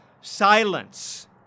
silence